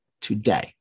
today